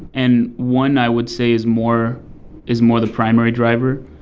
and one i would say is more is more the primary driver.